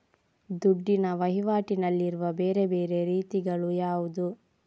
ದುಡ್ಡಿನ ವಹಿವಾಟಿನಲ್ಲಿರುವ ಬೇರೆ ಬೇರೆ ರೀತಿಗಳು ಯಾವುದು?